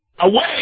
away